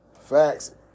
Facts